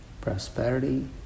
prosperity